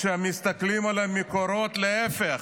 כשמסתכלים על המקורות, להפך,